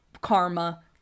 karma